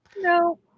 no